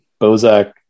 Bozak